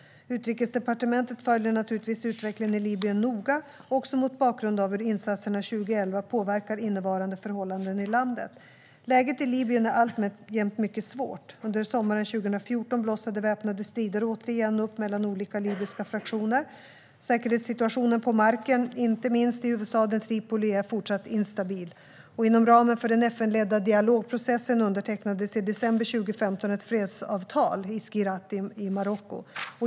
Utrikesdepartementet följer naturligtvis utvecklingen i Libyen noga, också mot bakgrund av hur insatserna 2011 påverkar innevarande förhållanden i landet. Läget i Libyen är alltjämt mycket svårt. Under sommaren 2014 blossade väpnade strider återigen upp mellan olika libyska fraktioner. Säkerhetssituationen på marken, inte minst i huvudstaden Tripoli, är fortsatt instabil. Inom ramen för den FN-ledda dialogprocessen undertecknades i december 2015 ett fredsavtal i Skhirat i Marocko.